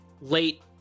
late